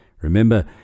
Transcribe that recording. Remember